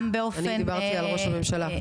אני דיברתי על ראש הממשלה.